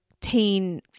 teen